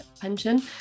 pension